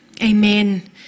Amen